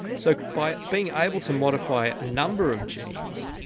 so by being able to modify a number of genes,